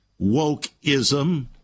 wokeism